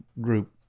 group